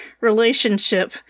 relationship